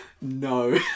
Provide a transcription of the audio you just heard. No